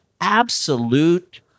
absolute